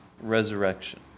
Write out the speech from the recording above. resurrection